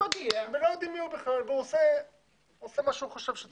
הוא מגיע ולא יודעים מי הוא בכלל והוא עושה מה שהוא חושב שצריך לעשות.